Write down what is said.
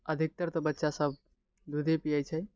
अधिकतर तऽ बच्चा सभ दूधे पिए छै